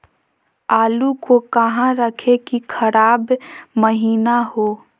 आलू को कहां रखे की खराब महिना हो?